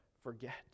forget